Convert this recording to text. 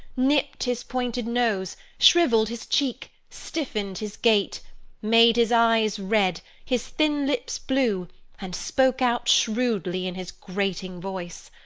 nipped his pointed nose, shrivelled his cheek, stiffened his gait made his eyes red, his thin lips blue and spoke out shrewdly in his grating voice.